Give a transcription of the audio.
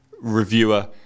reviewer